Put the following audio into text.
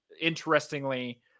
interestingly